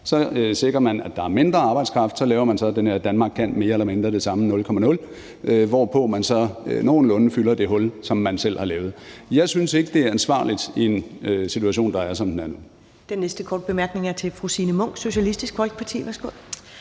Så sikrer man, at der er mindre arbejdskraft; så laver man den her »Danmark kan mere eller mindre det samme 0.0«, hvorpå man så nogenlunde fylder det hul, som man selv har lavet. Jeg synes ikke, det er ansvarligt i en situation, der er, som den er nu.